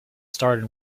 start